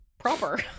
Proper